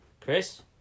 Chris